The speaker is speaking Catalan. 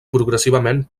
progressivament